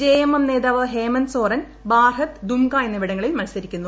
J M M നേതാവ് ഹേമന്ത് സോറൻ ബാർഹെത് ദുംക എന്നിവിടങ്ങളിൽ മത്സരിക്കുന്നു